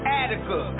attica